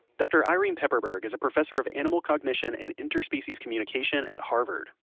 doctor irene pepperberg is a professor of animal cognition and interspecies communication at harvard.